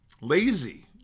lazy